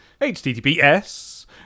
https